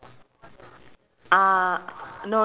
ya but smaller it's called padi emas